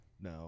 No